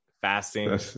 fasting